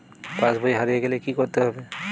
পাশবই হারিয়ে গেলে কি করতে হবে?